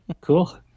cool